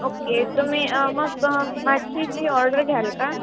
okay तुम्ही मग माझी ती ऑर्डर घ्याल का